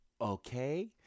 Okay